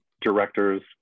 directors